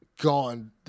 Gone